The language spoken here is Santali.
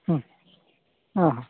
ᱦᱮᱸ ᱦᱮᱸ ᱦᱮᱸ